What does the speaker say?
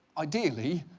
ideally,